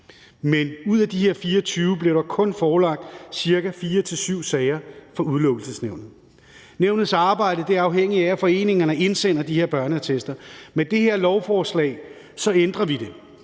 Men ud af de her 24 blev der kun forelagt ca. 4-7 sager for Udelukkelsesnævnet. Nævnets arbejde er afhængigt af, at foreningerne indsender de her børneattester. Med det her lovforslag ændrer vi det